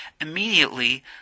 immediately